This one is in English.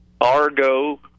Argo